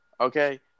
Okay